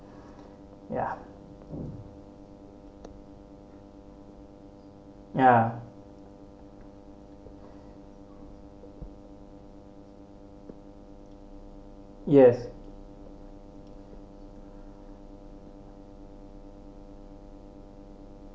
ya ya yes